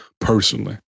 personally